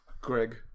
Greg